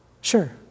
Sure